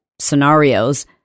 scenarios